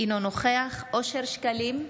אינו נוכח אושר שקלים,